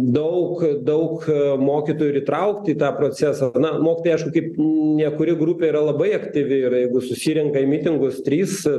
daug daug mokytojų ir įtraukti į tą procesą na mokytojai aišku kaip ne kuri grupė yra labai aktyvi ir jeigu susirenka į mitingus trys